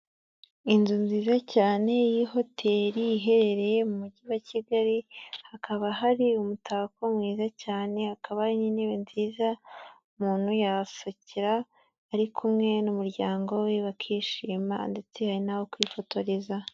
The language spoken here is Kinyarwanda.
Inzu nziza cyane y'ihoteli iherereye mu mujyi wa Kigali, hakaba hari umutako mwiza cyane, hakaba hari n'intebe nziza umuntu yahasohokera ari kumwe n'umuryango we bakishima ndetse hari n'aho kwifotoreza.